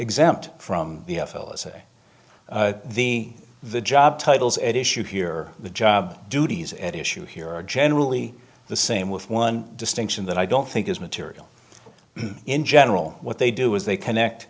exempt from the f l as a the the job titles at issue here the job duties at issue here are generally the same with one distinction that i don't think is material in general what they do is they connect